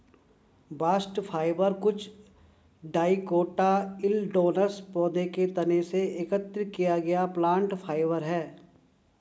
bast fibre कुछ dicotyledonous पौधों के तने से एकत्र किया गया प्लांट फाइबर है